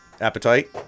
Appetite